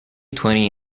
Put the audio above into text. twenty